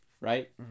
right